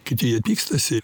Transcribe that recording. kiti jie pykstasi